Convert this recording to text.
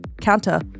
counter